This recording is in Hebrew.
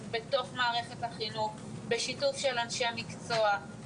בתוך מערכת החינוך בשיתוף אנשי המקצוע,